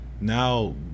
now